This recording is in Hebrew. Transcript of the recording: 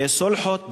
סולחות,